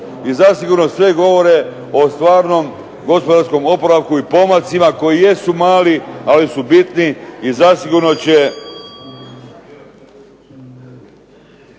i zasigurno sve govore o slavnom gospodarskom oporavku i pomacima koji jesu mali, ali su bitni i zasigurno će